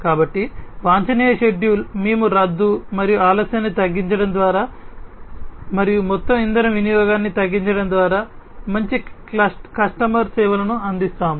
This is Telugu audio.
కాబట్టి వాంఛనీయ షెడ్యూల్ మేము రద్దు మరియు ఆలస్యాన్ని తగ్గించడం ద్వారా మరియు మొత్తం ఇంధన వినియోగాన్ని తగ్గించడం ద్వారా మంచి కస్టమర్ సేవలను అందిస్తాము